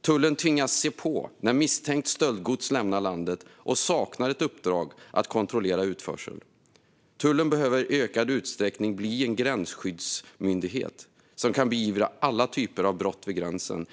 Tullen tvingas se på när misstänkt stöldgods lämnar landet och saknar ett uppdrag att kontrollera utförseln. Tullen behöver i ökad utsträckning bli en gränsskyddsmyndighet som kan beivra alla typer av brott vid gränsen.